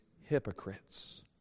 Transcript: hypocrites